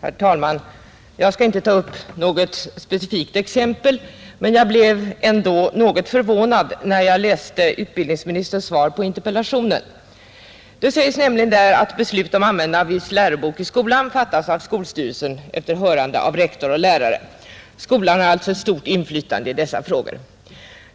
Herr talman! Jag skall inte här ta något specifikt exempel, men jag blev litet förvånad när jag läste utbildningsministerns svar på interpellationen. Utbildningsministern säger nämligen bl.a.: ”Beslut om användande av viss lärobok i skolan fattas av skolstyrelsen efter hörande av rektor och lärare. Skolan har alltså ett stort inflytande i dessa frågor.”